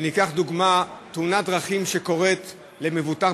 ניקח דוגמה: תאונת דרכים שקורית למבוטח,